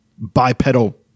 bipedal